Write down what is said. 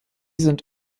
sind